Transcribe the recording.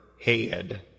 head